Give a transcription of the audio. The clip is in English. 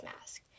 mask